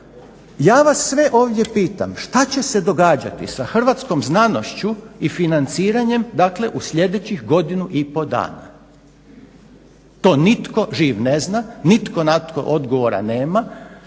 Ja vas sve ovdje pitam šta će se događati sa hrvatskom znanošću i financiranjem, dakle u sljedećih 1,5 godinu? To nitko živ ne zna, nitko na to odgovora nema.